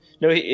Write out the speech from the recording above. No